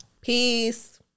Peace